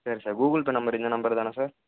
சரி sir Google Pay number இந்த number தானா சார்